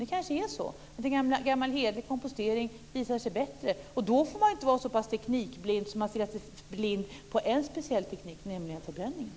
Det kanske är så att gammal hederlig kompostering visar sig vara bättre. Och då får man inte stirra sig blind på en speciell teknik, nämligen förbränningen.